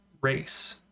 race